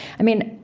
i mean,